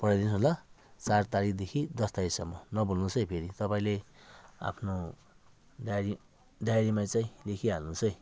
पठाइदिनु होस् न ल चार तारिकदेखि दस तारिकसम्म नभुल्नु होस् है फेरि तपाईँले आफ्नो डाइरी डाइरीमा चाहिँ लेखिहाल्नु होस् है